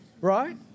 right